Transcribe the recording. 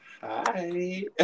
Hi